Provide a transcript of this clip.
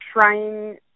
trying